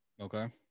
Okay